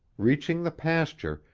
reaching the pasture,